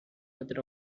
method